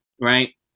right